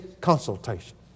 consultation